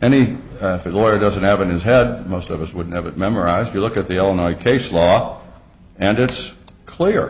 any good lawyer doesn't have and his head most of us wouldn't have it memorized you look at the illinois case law and it's clear